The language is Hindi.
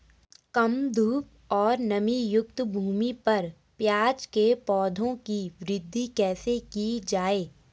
कम धूप और नमीयुक्त भूमि पर प्याज़ के पौधों की वृद्धि कैसे की जाए?